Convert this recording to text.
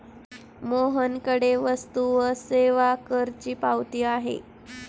मोहनकडे वस्तू व सेवा करची पावती आहे